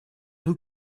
who